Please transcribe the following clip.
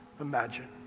imagine